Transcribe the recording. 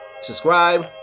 Subscribe